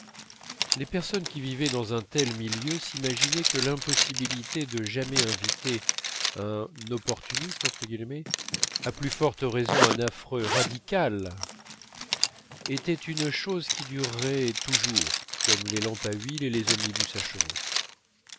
les personnes qui vivaient dans un tel milieu s'imaginaient que l'impossibilité de jamais inviter un opportuniste à plus forte raison un affreux radical était une chose qui durerait toujours comme les lampes à huile et les omnibus à chevaux